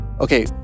Okay